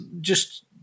just-